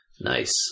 Nice